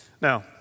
Now